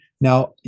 Now